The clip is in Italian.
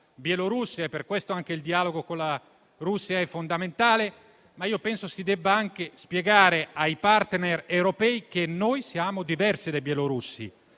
Bielorussia e anche per questo il dialogo con la Russia è fondamentale. Penso però si debba anche spiegare ai *partner* europei che noi siamo diversi dai bielorussi,